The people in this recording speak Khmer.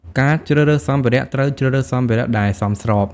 ការជ្រើសរើសសម្ភារៈ ត្រូវជ្រើសរើសសម្ភារៈដែលសមស្រប។